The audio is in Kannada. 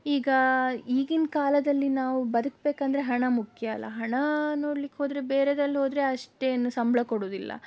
ಈಗಾ ಈಗಿನ ಕಾಲದಲ್ಲಿ ನಾವು ಬದುಕಬೇಕೆಂದರೆ ಹಣ ಮುಖ್ಯ ಅಲ್ವಾ ಹಣ ನೋಡಲಿಕ್ಕೆ ಹೋದರೆ ಬೇರೆದರಲ್ಲಿ ಹೋದರೆ ಅಷ್ಟೇನೂ ಸಂಬಳ ಕೊಡುವುದಿಲ್ಲ